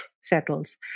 settles